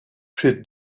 she